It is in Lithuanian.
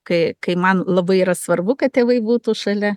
kai kai man labai yra svarbu kad tėvai būtų šalia